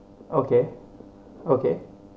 okay okay